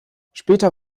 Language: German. später